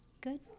Good